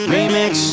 Remix